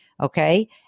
Okay